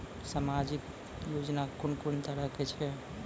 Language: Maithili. समाजिक योजना कून कून तरहक छै?